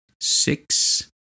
six